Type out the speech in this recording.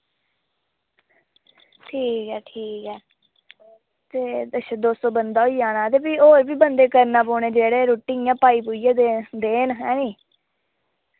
ठीक ऐ ठीक ऐ ते अच्छा दो सौ बंदा होई जाना ते फ्ही और वी बंदे करने पौने जेह्ड़े रुट्टी इ'य्यां पाई पुइयै देन देन हैनी